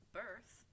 birth